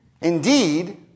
Indeed